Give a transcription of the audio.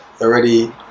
already